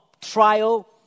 trial